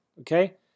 okay